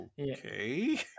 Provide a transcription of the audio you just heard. okay